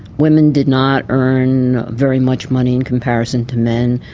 women did not earn very much money in comparison to men,